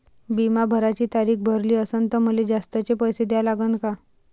बिमा भराची तारीख भरली असनं त मले जास्तचे पैसे द्या लागन का?